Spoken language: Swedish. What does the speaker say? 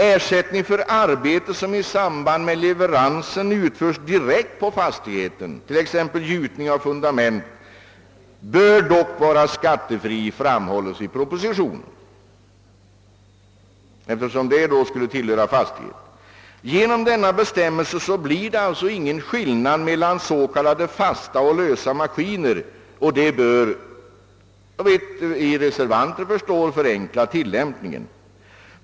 Ersättning för arbete som i samband med leveransen utförs direkt på fastigheten, t.ex. gjutning av fundament, bör dock — framhålles det i propositionen — vara skattefri, eftersom det är fråga om anordningar som tillhör fastigheten. Genom denna bestämmelse blir det alltså ingen skillnad mellan s.k. fasta och lösa maskiner, vilket såvitt vi reservanter förstår bör förenkla tilllämpningen.